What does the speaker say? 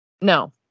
no